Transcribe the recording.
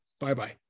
Bye-bye